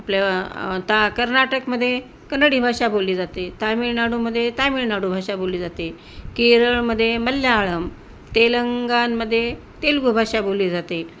आपल्या तर कर्नाटकमध्ये कानडी भाषा बोलली जाते तामिळनाडूमध्ये तामिळनाडू भाषा बोलली जाते केरळमध्ये मल्याळम तेलंगणामध्ये तेलगू भाषा बोलली जाते